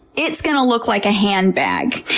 it's gonna look like a handbag.